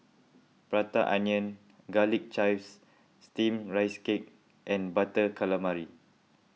Prata Onion Garlic Chives Steamed Rice Cake and Butter Calamari